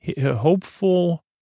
hopeful